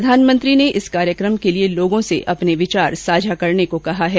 प्रधानमंत्री ने इस कार्यकम के लिए लोगों से अपने विचार साझा करने को कहा है